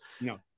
No